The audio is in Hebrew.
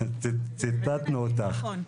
ציטטנו אותך.